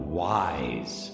wise